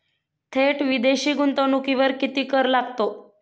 थेट विदेशी गुंतवणुकीवर किती कर लागतो?